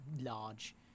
large